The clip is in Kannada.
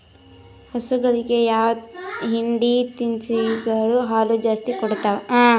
ಹಸುಗಳಿಗೆ ಯಾವ ಹಿಂಡಿ ತಿನ್ಸಿದರ ಹಾಲು ಜಾಸ್ತಿ ಕೊಡತಾವಾ?